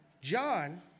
John